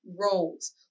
roles